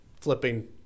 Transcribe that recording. flipping